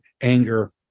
anger